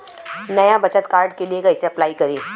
नया बचत कार्ड के लिए कइसे अपलाई करी?